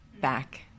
back